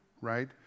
right